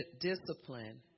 discipline